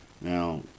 Now